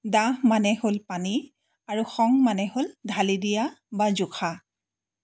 দাহ মানে হ'ল পানী আৰু সং মানে হ'ল ঢালি দিয়া বা জোখা